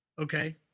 Okay